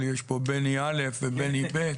יש הבדל בין מצב שבו התוכנית עדיין לא אושרה,